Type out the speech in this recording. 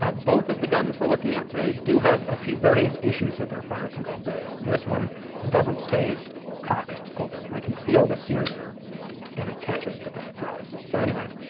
both of the guns we're looking at today do have a few various issues with their fire control bits. this one doesn't stay cocked open, i can feel the sear there and it catches, but then it drops. so anyway,